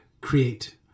create